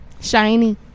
Shiny